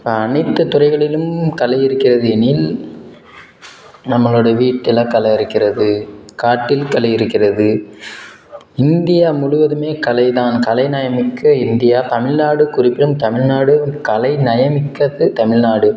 இப்போ அனைத்து துறைகளிலும் கலை இருக்கிறது எனில் நம்மளோடய வீட்டில் கலை இருக்கிறது காட்டில் கலை இருக்கிறது இந்தியா முழுவதுமே கலை தான் கலைநயமிக்க இந்தியா தமிழ்நாடு குறிக்கும் தமிழ்நாடு கலைநயமிக்கது தமிழ்நாடு